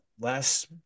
Last